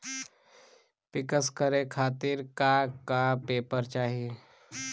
पिक्कस करे खातिर का का पेपर चाही?